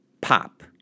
Pop